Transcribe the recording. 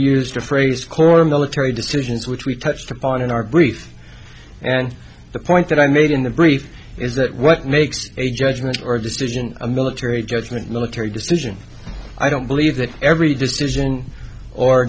used a phrase core military decisions which we touched upon in our brief and the point that i made in the brief is that what makes a judgment or decision a mill terry judgment military decision i don't believe that every decision or